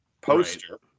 poster